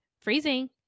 freezing